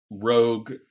Rogue